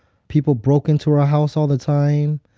people broke into our house all the time.